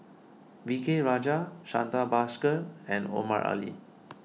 V K Rajah Santha Bhaskar and Omar Ali